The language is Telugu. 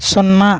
సున్నా